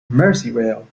merseyrail